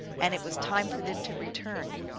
and it was time for them to return.